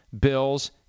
Bills